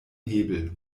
hebel